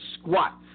squat